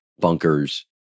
bunkers